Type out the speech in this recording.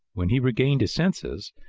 when he regained his senses,